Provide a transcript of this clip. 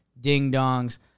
ding-dongs